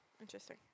Interesting